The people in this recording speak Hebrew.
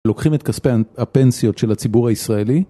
לוקחים את כספי הפנסיות של הציבור הישראלי?